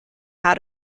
how